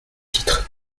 titre